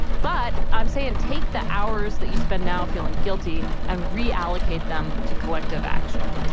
but i'm saying take the hours that you spend now feeling guilty and re-allocate them to collective action